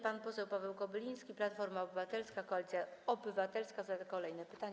Pan poseł Paweł Kobyliński, Platforma Obywatelska - Koalicja Obywatelska, zada kolejne pytanie.